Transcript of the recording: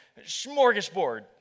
smorgasbord